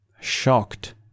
shocked